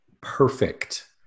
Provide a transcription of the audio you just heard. perfect